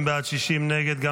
50 בעד, 60 נגד.